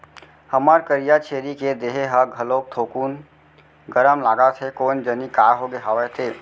हमर करिया छेरी के देहे ह घलोक थोकिन गरम लागत हे कोन जनी काय होगे हवय ते?